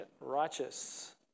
righteous